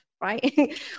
Right